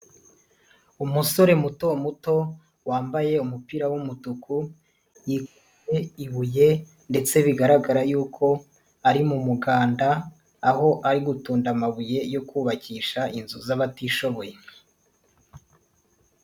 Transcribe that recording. Umusore muto muto wambaye umupira w'umutuku, yikoreye ibuye ndetse bigaragara yuko ari mu muganda, aho ari gutunda amabuye yo kubakisha inzu z'abatishoboye.